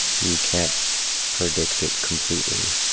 you can't predict it completely,